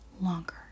longer